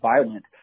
violent